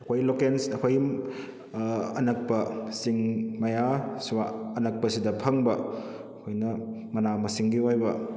ꯑꯩꯈꯣꯏꯒꯤ ꯂꯣꯀꯦꯟꯁ ꯑꯩꯈꯣꯏꯒꯤ ꯑꯅꯛꯄ ꯆꯤꯡ ꯃꯌꯥ ꯁ꯭ꯋꯥꯏ ꯑꯅꯛꯄꯁꯤꯗ ꯐꯪꯕ ꯑꯩꯈꯣꯏꯅ ꯃꯅꯥ ꯃꯁꯤꯡꯒꯤ ꯑꯣꯏꯕ